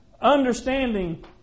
understanding